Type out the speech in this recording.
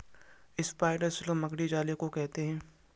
spider silk मकड़ी जाले को कहते हैं